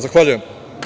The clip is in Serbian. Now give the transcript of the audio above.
Zahvaljujem.